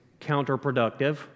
counterproductive